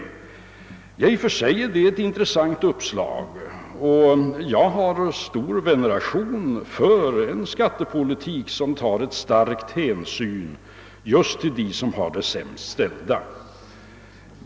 I och för sig är det ett intressant uppslag, och jag har stor veneration för en skattepolitik som tar starka hänsyn just till dem som har det sämst ställt.